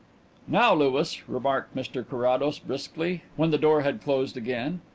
now, louis, remarked mr carrados briskly, when the door had closed again,